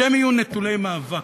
שהם יהיו נטולי מאבק.